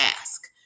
ask